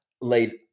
laid